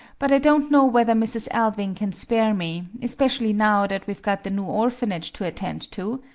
but i don't know whether mrs. alving can spare me especially now that we've got the new orphanage to attend to.